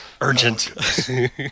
Urgent